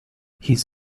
his